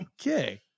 Okay